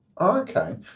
Okay